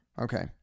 okay